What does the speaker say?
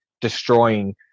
destroying